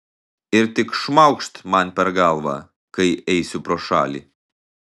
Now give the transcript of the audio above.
ir tik šmaukšt man per galvą kai eisiu pro šalį